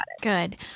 good